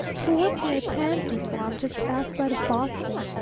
who worked on a pansy farm just outside of boston,